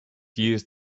used